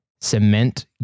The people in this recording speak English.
cement